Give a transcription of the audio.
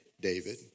David